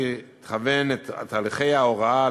שיכוון את תהליכי ההוראה,